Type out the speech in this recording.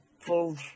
full